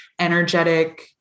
energetic